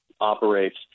operates